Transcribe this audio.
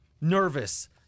nervous